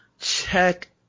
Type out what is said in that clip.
check